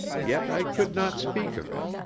yet i could not speak of it,